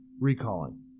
recalling